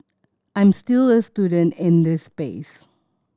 I'm still a student in this space